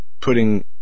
putting